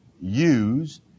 use